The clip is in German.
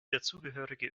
dazugehörige